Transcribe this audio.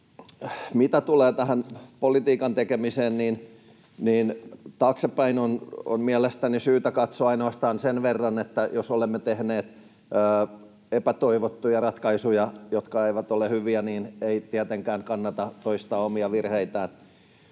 Mitä tulee tähän politiikan tekemiseen, niin taaksepäin on mielestäni syytä katsoa ainoastaan sen verran, että jos olemme tehneet epätoivottuja ratkaisuja, jotka eivät ole hyviä, niin ei tietenkään kannata toistaa omia virheitään.